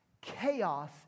chaos